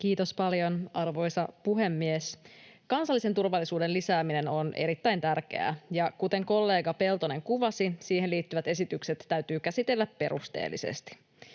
Kiitos paljon, arvoisa puhemies! Kansallisen turvallisuuden lisääminen on erittäin tärkeää, ja kuten kollega Peltonen kuvasi, siihen liittyvät esitykset täytyy käsitellä perusteellisesti.